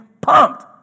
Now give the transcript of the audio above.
pumped